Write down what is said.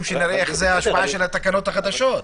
שנראה מה ההשפעה של התקנות החדשות.